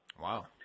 Wow